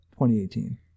2018